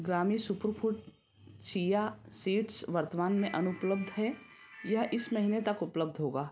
ग्रामी superfood chia seeds वर्तमान में अनुपलब्ध है यह इस महीने तक उपलब्ध होगा